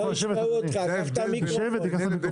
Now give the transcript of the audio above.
אתה רגיל לבית